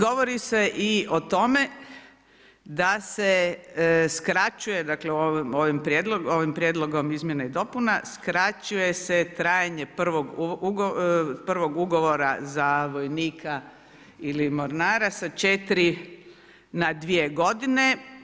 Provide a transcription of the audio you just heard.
Govori se i o tome da se skraćuje dakle ovim prijedlogom izmjena i dopuna, skraćuje se trajanje prvog ugovora za vojnika ili mornara sa 4 na 2 godine.